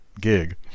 gig